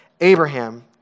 Abraham